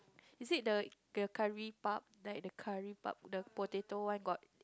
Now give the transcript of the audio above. is it the the curry puff like the curry puff the potato one got